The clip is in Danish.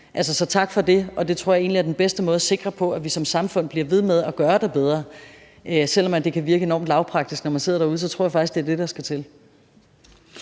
Så tak for det. Jeg tror egentlig, at det er den bedste måde at sikre, at vi som samfund bliver ved med at gøre det bedre. Selv om det kan virke enormt lavpraktisk, når man sidder og hører det derude, så tror jeg faktisk, det er det, der skal til.